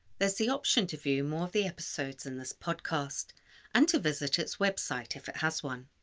there's the option to view more of the episodes in this podcast and to visit its website if it has one.